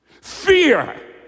Fear